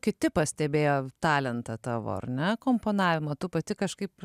kiti pastebėjo talentą tavo ar ne komponavimo tu pati kažkaip